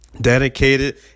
dedicated